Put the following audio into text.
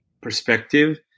perspective